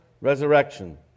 resurrection